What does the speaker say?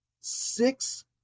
six